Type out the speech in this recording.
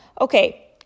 Okay